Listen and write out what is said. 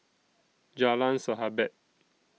Jalan Sahabat